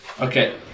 Okay